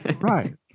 Right